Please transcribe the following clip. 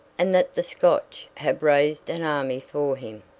and that the scotch have raised an army for him.